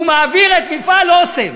הוא מעביר את מפעל "אסם",